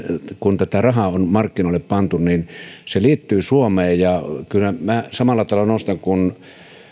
kun tätä rahaa on markkinoille pantu liittyy suomeen kyllä minä samalla tavalla kuin